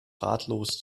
ratlos